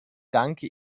danke